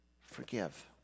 Forgive